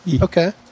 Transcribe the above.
Okay